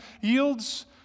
yields